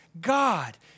God